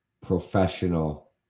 professional